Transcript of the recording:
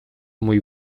muy